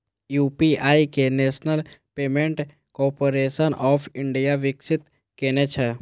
UPI कें national payments corporation of India विकसित केने छै